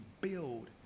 build